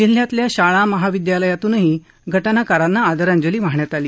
जिल्ह्यातल्या शाळा महाविद्यालयातूनही घज्ञाकारांना आदरांजली वाहण्यात आली